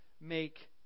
make